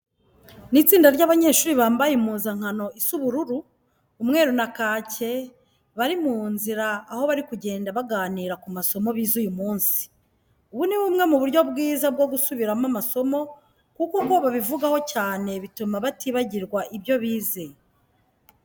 Ni itsinda ry'abanyeshuri bambaye impuzankano isa ubururu, umweru na kake, bari mu nzira aho bari kugenda baganira ku masomo bize uyu munsi. Ubu ni bumwe mu buryo bwiza bwo gusubiramo amasomo kuko uko babivugaho cyane bituma batibagirwa ibyo bize.